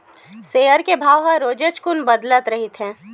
share के भाव ह रोजेच कुन बदलत रहिथे